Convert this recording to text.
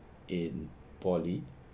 in poly